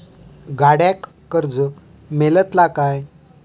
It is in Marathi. गाडयेक कर्ज मेलतला काय?